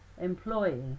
employee